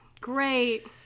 great